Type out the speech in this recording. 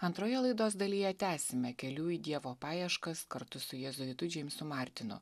antroje laidos dalyje tęsime kelių į dievo paieškas kartu su jėzuitu džeimsu martinu